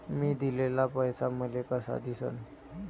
मी दिलेला पैसा मले कसा दिसन?